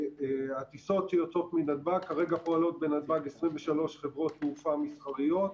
הטיסות שיוצאות מנתב"ג כרגע פועלות בנתב"ג 23 חברות תעופה מסחריות.